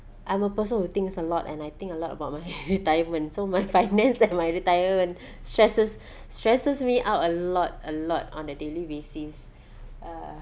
I'm a person who thinks a lot and I think a lot about my retirement so my finance and my retirement stresses stresses me out a lot a lot on a daily basis uh